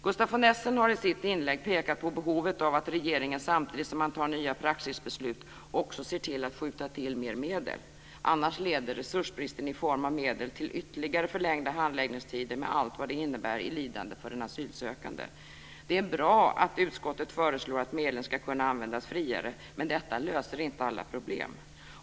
Gustaf von Essen har i sitt inlägg pekat på behovet av att regeringen samtidigt som man tar nya praxisbeslut också ser till att skjuta till mer medel. Annars leder resursbristen i form av medel till ytterligare förlängda handläggningstider med allt vad det innebär av lidande för den asylsökande. Det är bra att utskottet föreslår att medlen ska kunna användas friare, men detta löser inte alla problem.